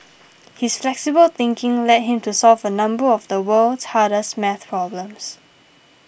his flexible thinking led him to solve a number of the world's hardest math problems